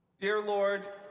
dear lord,